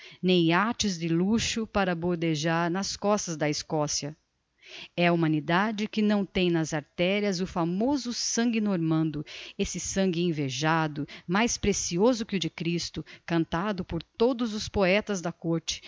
nem yachts de luxo para bordejar nas costas da escossia é a humanidade que não tem nas arterias o famoso sangue normando esse sangue invejado mais precioso que o de christo cantado por todos os poetas da côrte